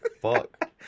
Fuck